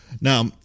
Now